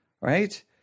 right